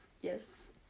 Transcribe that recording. Yes